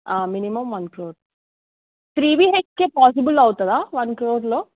minimum one crore three BHK possible అవుతుందా one క్రోర్లో